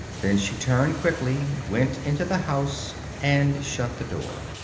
then she turned quickly, went into the house, and shut the door.